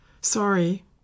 sorry